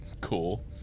Cool